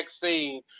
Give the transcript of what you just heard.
vaccine